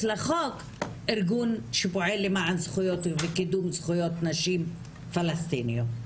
לחוק ארגון שפועל למען זכויות וקידום זכויות נשים פלסטיניות.